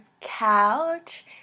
Couch